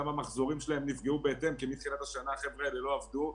גם המחזורים שלהם נפגעו בהתאם כי מתחילת השנה החבר'ה האלה לא עבדו.